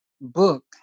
book